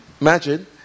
imagine